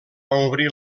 obrir